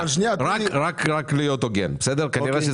כדי להיות הוגן כנראה,